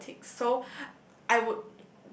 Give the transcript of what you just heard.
other things so I would